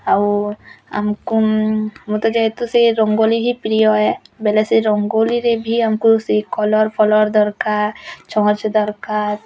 ଆଉ ଆମକୁ ମୁଁ ତ ଯେହେତୁ ସେ ରଙ୍ଗୋଲି ପ୍ରିୟ ହେ ବେଲେ ସେ ରଙ୍ଗୋଲିରେ ଭି ଆମକୁ ସେ କଲର୍ ଫଲର୍ ଦରକାର ଛଚ୍ ଦରକାର